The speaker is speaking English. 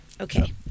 Okay